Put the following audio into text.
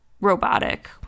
robotic